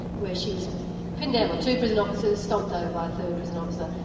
where she was pinned down by two prison officers stomped over by a third prison officer,